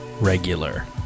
regular